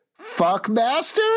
Fuckmaster